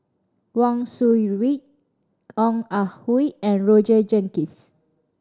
Wang Sui Pick Ong Ah Hoi and Roger Jenkins